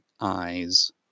eyes